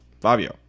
fabio